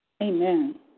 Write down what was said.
Amen